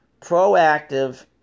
proactive